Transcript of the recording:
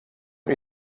you